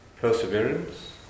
perseverance